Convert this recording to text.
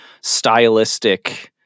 stylistic